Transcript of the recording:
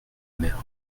mère